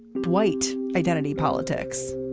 white identity politics